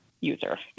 user